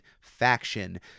faction